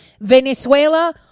Venezuela